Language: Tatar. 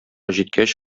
җиткәч